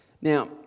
Now